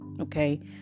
Okay